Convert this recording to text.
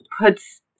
puts